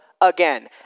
again